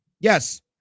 Yes